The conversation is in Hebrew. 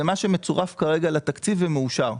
זה מה שמצורף כרגע לתקציב ומאושר.